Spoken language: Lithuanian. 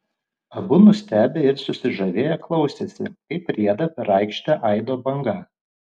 abu nustebę ir susižavėję klausėsi kaip rieda per aikštę aido banga